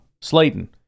Slayton